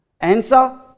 Answer